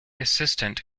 assistant